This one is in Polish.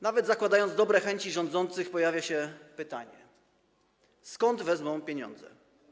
Nawet zakładając dobre chęci rządzących, nasuwa się pytanie, skąd wezmą pieniądze.